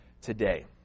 today